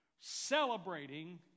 celebrating